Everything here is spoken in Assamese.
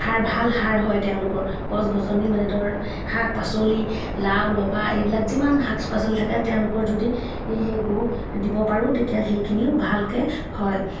সাৰ ভাল সাৰ হয় তেওঁলোকৰ গছ গছনি মানে ধৰ শাক পাচলি লাও লফা এইবিলাক যিমান শাক পাচলি থাকে তেওঁলোকৰ যদি সেই গু দিব পাৰোঁ তেতিয়াহ'লে সেইখিনিও ভালকৈ হয়